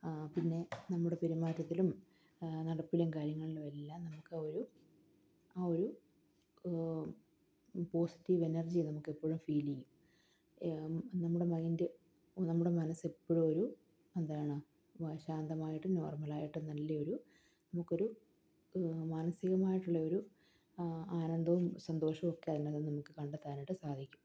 പിന്നെ നമ്മുടെ പെരുമാറ്റത്തിലും നടപ്പിലം കാര്യങ്ങളിലും എല്ലാം നമുക്ക് ഒരു ആ ഒരു പോസിറ്റീവ് എനർജി നമുക്ക് എപ്പോഴും ഫീൽ ചെയ്യും നമ്മുടെ മൈൻഡ് നമ്മുടെ മനസ്സ് എപ്പോഴും ഒരു എന്താണ് ശാന്തമായിട്ടും നോർമ്മലായിട്ടും നല്ലയൊരു നമുക്കൊരു മാനസികമായിട്ടുള്ള ഒരു ആനന്ദവും സന്തോഷവും ഒക്കെ അതിനാൽ നമുക്ക് കണ്ടെത്താനായിട്ട് സാധിക്കും